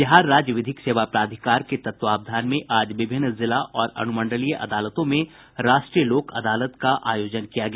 बिहार राज्य विधिक सेवा प्राधिकार के तत्वावधान में आज विभिन्न जिला और अनुमंडलीय अदालतों में राष्ट्रीय लोक अदालत का आयोजन किया गया